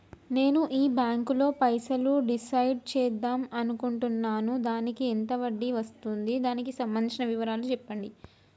నేను ఈ బ్యాంకులో పైసలు డిసైడ్ చేద్దాం అనుకుంటున్నాను దానికి ఎంత వడ్డీ వస్తుంది దానికి సంబంధించిన వివరాలు చెప్పండి?